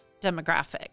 demographic